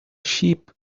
sheep